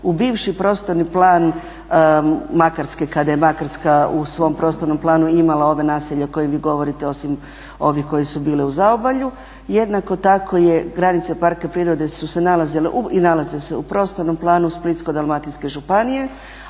U bivši prostorni plan Makarske kada je Makarska u svom prostornom planu imala ova naselja o kojima vi govorite osim ovih koje su bile u zaobalju. Jednako tako je, granice parka prirode su se nalazile i nalaze se u prostornom planu Splitsko-dalmatinske županije